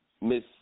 miss